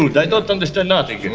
good. i don't understand nothing.